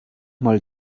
mal